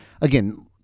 again